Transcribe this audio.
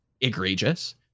egregious